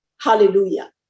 Hallelujah